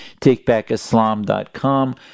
Takebackislam.com